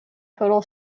total